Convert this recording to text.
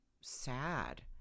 sad